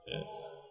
Yes